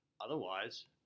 otherwise